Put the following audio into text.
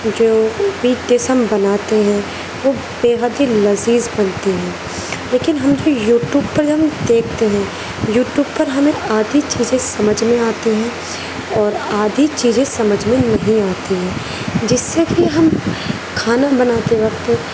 جو بھی ڈس ہم بناتے ہیں وہ بے حد ہی لذیذ بنتی ہے لیکن ہم جو یوٹیوب پر ہم دیکھتے ہیں یوٹیوب پر ہمیں آدھی چیزیں سمجھ میں آتی ہیں اور آدھی چیزیں سمجھ میں نہیں آتی ہیں جس سے کہ ہم کھانا بناتے وقت